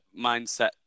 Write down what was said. mindset